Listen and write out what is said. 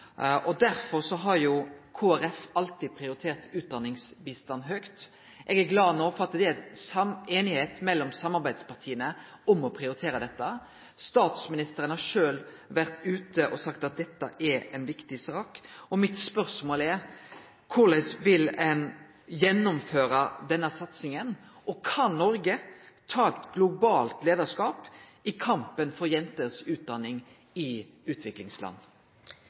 bistanden. Derfor har Kristeleg Folkeparti alltid prioritert utdanningsbistand høgt. Eg er glad for at det er einigheit mellom samarbeidspartia om å prioritere dette. Statsministeren har sjølv sagt at dette er ei viktig sak. Mitt spørsmål er: Korleis vil ein gjennomføre denne satsinga? Kan Noreg ta eit globalt leiarskap i kampen for jenters utdanning i utviklingsland?